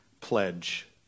pledge